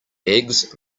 eggs